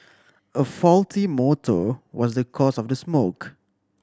a faulty motor was the cause of the smoke